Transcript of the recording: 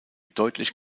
deutlich